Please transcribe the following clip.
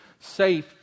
safe